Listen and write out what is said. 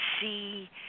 see